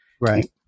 Right